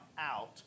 out